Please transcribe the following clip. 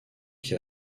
qui